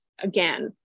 again